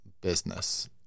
business